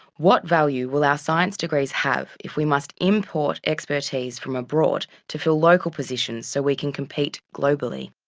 what value with our science degrees have if we must import expertise from abroad to fill local positions so we can compete globally?